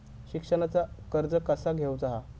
शिक्षणाचा कर्ज कसा घेऊचा हा?